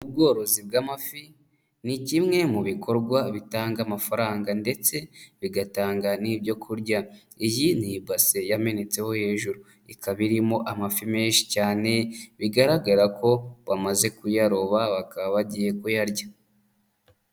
Ubworozi bw'amafi ni kimwe mu bikorwa bitanga amafaranga ndetse bigatanga n'ibyo kurya, iyi ni ibase yamenetseho hejuru, ikaba irimo amafi menshi cyane, bigaragara ko bamaze kuyaroba, bakaba bagiye kuyarya.